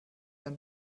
ein